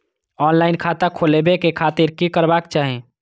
Online खाता खोलाबे के खातिर कि करबाक चाही?